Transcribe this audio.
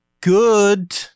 good